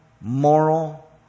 moral